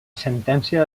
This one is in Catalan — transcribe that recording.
sentència